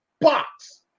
box